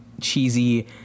cheesy